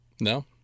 No